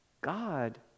God